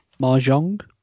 Mahjong